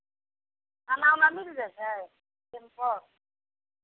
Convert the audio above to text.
खाना उना मिल जेतै घर